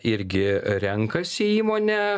irgi renkasi įmonę